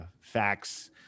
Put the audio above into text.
facts